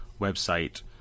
website